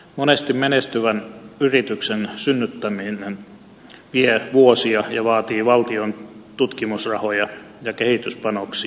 monesti menestyvän yrityksen synnyttäminen vie vuosia ja vaatii valtion tutkimusrahoja ja kehityspanoksia paljon